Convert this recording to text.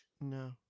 No